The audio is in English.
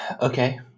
okay